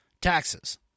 taxes